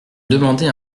demander